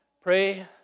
Pray